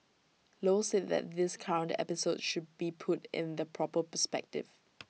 low said that this current episode should be put in the proper perspective